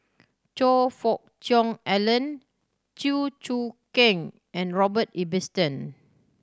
Choe Fook Cheong Alan Chew Choo Keng and Robert Ibbetson